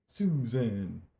Susan